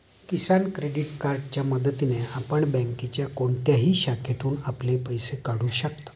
किसान credit कार्डच्या मदतीने आपण बँकेच्या कोणत्याही शाखेतून आपले पैसे काढू शकता